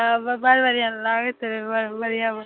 हँ बड़ बढ़िऑं लागैत रहै बड़ बढ़िऑं